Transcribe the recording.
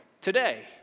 Today